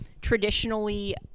traditionally